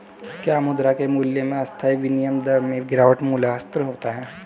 क्या मुद्रा के मूल्य में अस्थायी विनिमय दर में गिरावट मूल्यह्रास होता है?